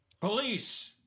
Police